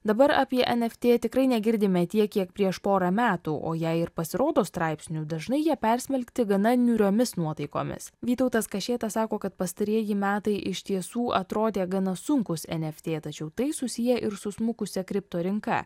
dabar apie eft tikrai negirdime tiek kiek prieš porą metų o jei ir pasirodo straipsnių dažnai jie persmelkti gana niūriomis nuotaikomis vytautas kašėta sako kad pastarieji metai iš tiesų atrodė gana sunkūs eft tačiau tai susiję ir su smukusia kripto rinka